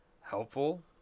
helpful